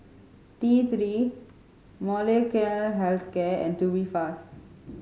T Three Molnylcke Health Care and Tubifast